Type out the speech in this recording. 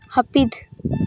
ᱦᱟᱯᱤᱫ